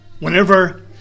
Whenever